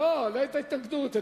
לא, לא את ההתנגדות.